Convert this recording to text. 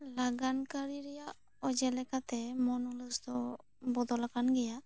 ᱵᱟᱜᱟᱱ ᱠᱟᱨᱤ ᱨᱮᱭᱟᱜ ᱚᱡᱮ ᱞᱮᱠᱟᱛᱮ ᱢᱚᱱᱚᱞᱚᱡ ᱫᱚ ᱵᱚᱫᱚᱞ ᱟᱠᱟᱱ ᱜᱮᱭᱟ